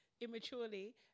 immaturely